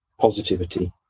positivity